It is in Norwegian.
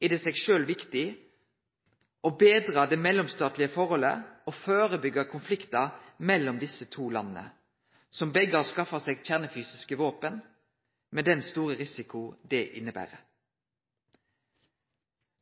er det i seg sjølv viktig å betre det mellomstatlege forholdet og førebyggje konflikt mellom desse to landa, som begge har skaffa seg kjernefysiske våpen – med den store risikoen det inneber.